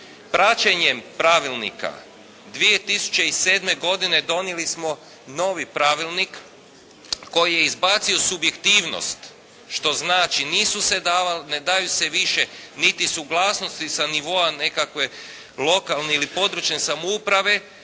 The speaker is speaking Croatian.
Praćenjem pravilnika 2007. godine donijeli smo novi pravilnik koji je izbacio subjektivnost, što znači nisu se davale, ne daju se više niti suglasnosti sa nivoa nekakve lokalne ili područne samouprave